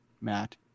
Matt